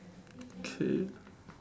okay